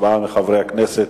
מחברי הכנסת,